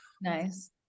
Nice